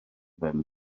ben